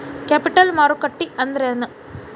Capital ಮಾರುಕಟ್ಟಿ ಅಂದ್ರೇನ?